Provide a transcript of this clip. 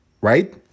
right